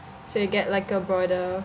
so you get like a broader